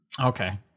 Okay